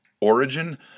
origin